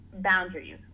boundaries